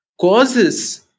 causes